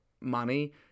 money